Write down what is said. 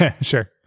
Sure